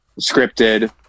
scripted